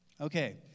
Okay